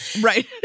Right